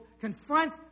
confront